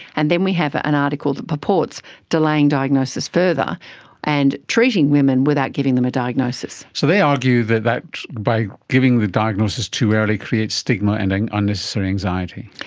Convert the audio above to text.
and then we have ah an article that purports delaying diagnosis further and treating women without giving them a diagnosis. so they argue that that by giving the diagnosis too early it creates stigma and and unnecessary anxiety.